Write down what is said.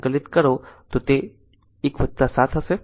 જો આને સંકલિત કરો તો તે 17 હશે